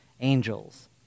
angels